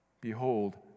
Behold